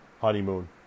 honeymoon